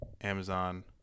Amazon